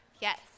yes